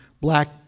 black